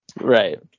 Right